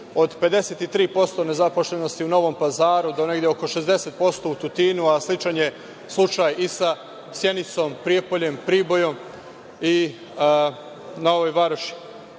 od 53% nezaposlenosti u Novom Pazaru, do negde oko 60% u Tutinu, a sličan je slučaj i sa Sjenicom, Prijepoljem, Pribojem i Novom Varoši.